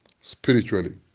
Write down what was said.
spiritually